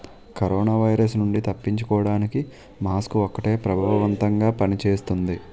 corona virus నుండి తప్పించుకోడానికి mask ఒక్కటే ప్రభావవంతంగా పని చేస్తుంది